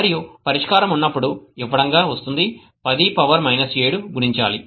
మరియు పరిష్కారం ఉన్నప్పుడు ఇవ్వడం గా వస్తుంది 10 7 గుణించాలి